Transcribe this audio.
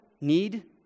need